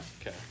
okay